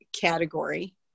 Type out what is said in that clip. category